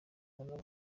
bungana